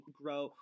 grow